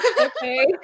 Okay